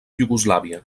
iugoslàvia